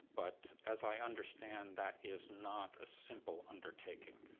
but as i understand, that is not a simple undertaking.